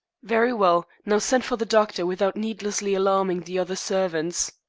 very well. now send for the doctor, without needlessly alarming the other servants.